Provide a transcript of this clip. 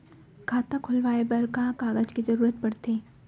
खाता खोलवाये बर का का कागज के जरूरत पड़थे?